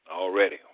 already